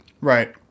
Right